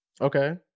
Okay